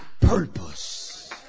purpose